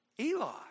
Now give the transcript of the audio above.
Eli